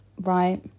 Right